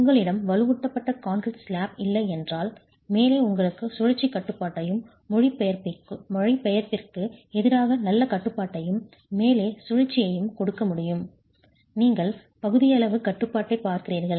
உங்களிடம் வலுவூட்டப்பட்ட concrete slab இல்லை என்றால் மேலே உங்களுக்கு சுழற்சிக் கட்டுப்பாட்டையும் மொழிபெயர்ப்பிற்கு எதிராக நல்ல கட்டுப்பாட்டையும் மேலே சுழற்சியையும் கொடுக்க முடியும் நீங்கள் பகுதியளவு கட்டுப்பாட்டைப் பார்க்கிறீர்கள்